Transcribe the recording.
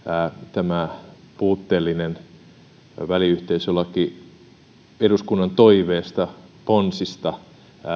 tämä puutteellinen väliyhteisölaki eduskunnan toiveesta ponsista